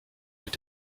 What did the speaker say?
mit